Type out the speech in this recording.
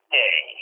day